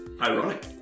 Ironic